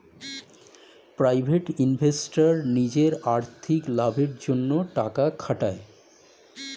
private investor নিজের আর্থিক লাভের জন্যে টাকা খাটায়